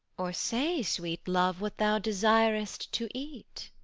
or say, sweet love, what thou desirest to eat.